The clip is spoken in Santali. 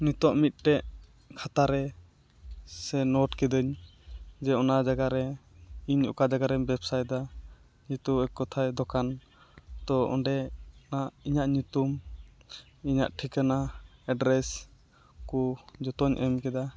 ᱱᱤᱛᱚᱜ ᱢᱤᱫᱴᱮᱱ ᱠᱷᱟᱛᱟᱨᱮ ᱥᱮ ᱱᱳᱴ ᱠᱤᱫᱟᱹᱧ ᱡᱮ ᱚᱱᱟ ᱡᱟᱭᱜᱟᱨᱮ ᱤᱧ ᱚᱠᱟ ᱡᱟᱭᱜᱟᱨᱮᱧ ᱵᱮᱵᱽᱥᱟᱭᱮᱫᱟ ᱡᱚᱛᱚ ᱮᱠ ᱠᱚᱛᱷᱟᱭ ᱫᱚᱠᱟᱱ ᱛᱚ ᱚᱸᱰᱮ ᱚᱱᱟ ᱤᱧᱟᱹᱜ ᱧᱩᱛᱩᱢ ᱤᱧᱟᱹᱜ ᱴᱷᱤᱠᱟᱹᱱᱟ ᱮᱰᱰᱨᱮᱥ ᱠᱚ ᱡᱚᱛᱚᱯᱧ ᱮᱢ ᱠᱮᱫᱟ